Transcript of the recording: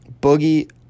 Boogie